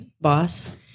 boss